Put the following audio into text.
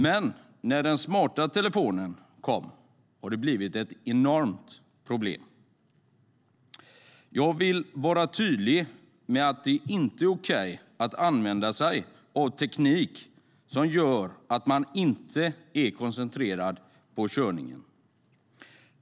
Men sedan den smarta telefonen kom har det blivit ett enormt problem. Jag vill vara tydlig med att det inte är okej att använda sig av teknik som gör att man inte är koncentrerad på körningen.